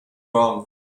wrong